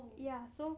ya so